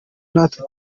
natwe